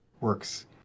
works